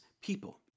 people